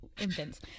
infants